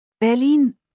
Berlin